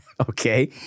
Okay